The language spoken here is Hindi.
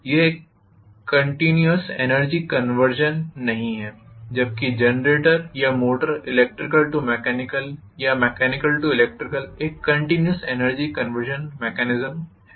यह एक कंटिन्युवस एनर्जी कंवर्सन नहीं है जबकि जनरेटर या मोटर ईलेक्ट्रिकल टू मेकेनिकल या मेकेनिकल टू ईलेक्ट्रिकल एक कंटिन्युवस एनर्जी कंवर्सन मैकेनिज्म तंत्र है